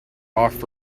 off